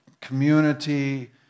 community